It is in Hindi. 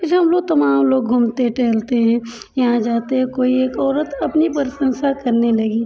ये सब लोग तमाम लोग घूमते टहलते हैं यहाँ जाते हैं कोई एक औरत अपनी प्रशंसा करने लगी